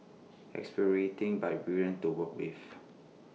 exasperating but brilliant to work with